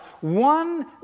One